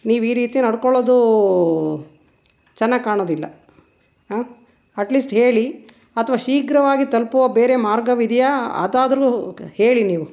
ನೀವು ಈ ರೀತಿ ನಡ್ಕೊಳ್ಳೋದು ಚೆನ್ನಾಗಿ ಕಾಣೋದಿಲ್ಲ ಆಂ ಅಟ್ಲೀಸ್ಟ್ ಹೇಳಿ ಅಥವಾ ಶೀಘ್ರವಾಗಿ ತಲುಪುವ ಬೇರೆ ಮಾರ್ಗವಿದೆಯಾ ಅದಾದರೂ ಓಕೆ ಹೇಳಿ ನೀವು